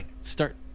start